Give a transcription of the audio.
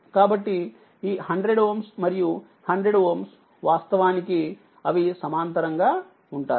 కాబట్టి ఈ 100Ω మరియు 100Ω వాస్తవానికి అవి సమాంతరంగా ఉంటాయి